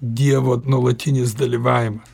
dievo nuolatinis dalyvavimas